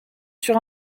sur